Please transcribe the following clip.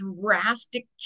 drastic